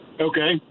Okay